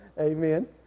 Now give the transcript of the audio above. Amen